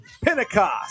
Pentecost